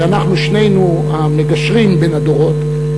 ואנחנו שנינו המגשרים בין הדורות,